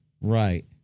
right